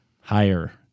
higher